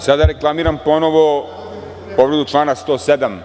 Sada reklamiram ponovo povredu člana 107.